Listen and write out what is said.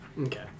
Okay